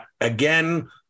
again